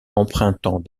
empruntant